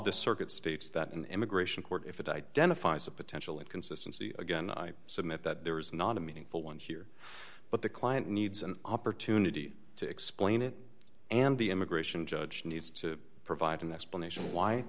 the circuit states that an immigration court if it identifies a potential inconsistency again i submit that there is not a meaningful one here but the client needs an opportunity to explain it and the immigration judge needs to provide an explanation why